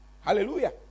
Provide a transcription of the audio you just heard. Hallelujah